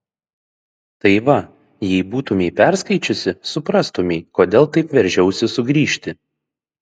tai va jei būtumei perskaičiusi suprastumei kodėl taip veržiausi sugrįžti